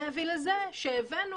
זה הביא לזה שהבאנו